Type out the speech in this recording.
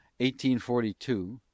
1842